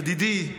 ידידי,